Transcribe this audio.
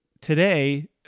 Today